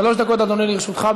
שלוש דקות, אדוני, לרשותך.